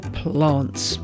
plants